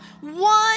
one